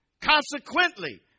Consequently